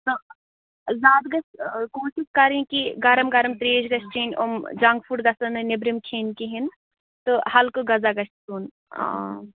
تہٕ زیادٕ گژھِ کوٗشِش کرٕنۍ کہِ گرم گرم ترٛیش گژھِ چیٚنۍ یِم جنٛک فُڈ گژھن نہٕ نٮ۪برِم کھیٚنۍ کِہیٖنۍ نہٕ تہٕ ہلکہٕ غذا گژھِ کھیوٚن